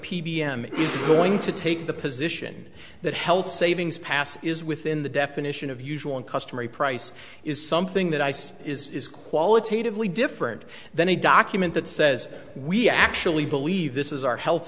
is going to take the position that health savings past is within the definition of usual and customary price is something that i say is qualitatively different than a document that says we actually believe this is our health